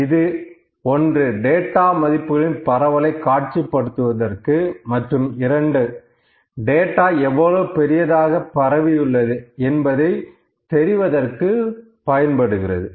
இது டேட்டா மதிப்புகளின் பரவலை காட்சிப்படுத்துவதற்கு மற்றும் டேட்டா எவ்வளவு பெரியதாக பரவியுள்ளது என்பதை தெரிவதற்கு பயன்படுகிறது